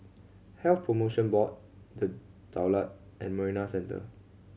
Health Promotion Board The Daulat and Marina Centre